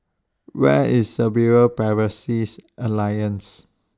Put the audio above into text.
Where IS Cerebral Palsy Alliance